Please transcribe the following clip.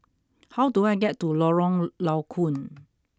how do I get to Lorong Low Koon